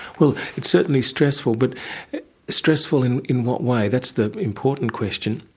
well it's certainly stressful, but stressful in in what way? that's the important question.